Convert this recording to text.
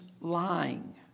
lying